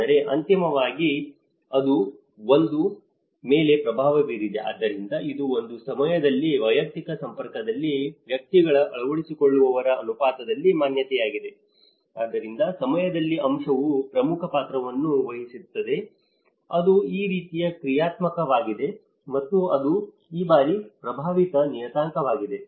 ಆದರೆ ಅಂತಿಮವಾಗಿ ಇದು ಒಂದು ಮೇಲೆ ಪ್ರಭಾವ ಬೀರಿದೆ ಆದ್ದರಿಂದ ಇದು ಒಂದು ಸಮಯದಲ್ಲಿ ವೈಯಕ್ತಿಕ ಸಂಪರ್ಕದಲ್ಲಿ ವ್ಯಕ್ತಿಗಳ ಅಳವಡಿಸಿಕೊಳ್ಳುವವರ ಅನುಪಾತದಲ್ಲಿ ಮಾನ್ಯತೆಯಾಗಿದೆ ಆದ್ದರಿಂದ ಸಮಯದ ಅಂಶವು ಪ್ರಮುಖ ಪಾತ್ರವನ್ನು ವಹಿಸುತ್ತದೆ ಅದು ಈ ರೀತಿ ಕ್ರಿಯಾತ್ಮಕವಾಗಿದೆ ಮತ್ತು ಅದು ಈ ರೀತಿ ಪ್ರಭಾವದ ನಿಯತಾಂಕವಾಗಿದೆ